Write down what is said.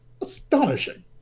astonishing